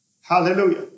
Hallelujah